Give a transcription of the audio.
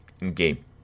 In-game